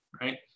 right